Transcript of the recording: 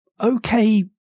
okay